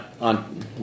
on